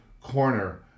Corner